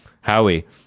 Howie